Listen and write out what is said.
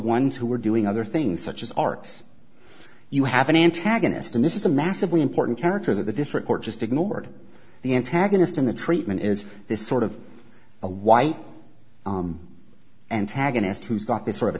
ones who are doing other things such as arts you have an antagonist and this is a massively important character that the district court just ignored the antagonist in the treatment is this sort of a white antagonist who's got this sort of a